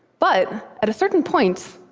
but at a certain point,